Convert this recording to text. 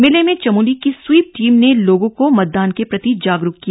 मेले में चमोली की स्वीप टीम ने लोगों को मतदान के प्रति जागरूक किया